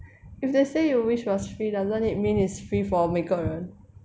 if they say your wish was free doesn't it mean it's free for 每个人